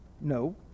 No